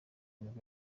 nibwo